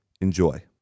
Enjoy